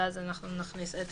אנחנו נכניס את